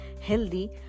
healthy